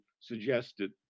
suggested